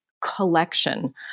collection